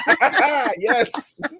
Yes